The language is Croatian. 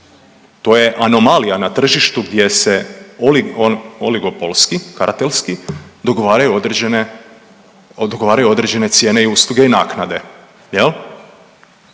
To je anomalija na tržištu gdje se oligopolski, kartelski dogovaraju određene, odgovaraju određene cijene i usluge i naknade,